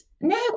no